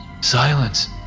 Silence